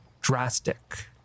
drastic